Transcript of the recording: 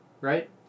right